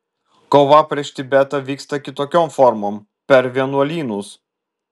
kova prieš tibetą vyksta kitokiom formom per vienuolynus